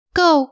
go